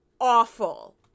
awful